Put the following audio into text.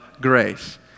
grace